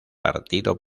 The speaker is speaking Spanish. partido